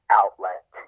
outlet